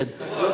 אדוני היושב-ראש,